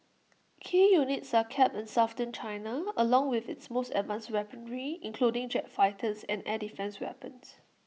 key units are kept in southern China along with its most advanced weaponry including jet fighters and air defence weapons